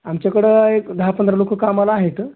आमच्याकडं एक दहा पंधरा लोक कामाला आहेत